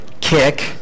kick